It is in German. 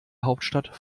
hauptstadt